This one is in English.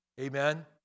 Amen